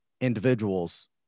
individuals